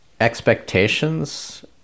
expectations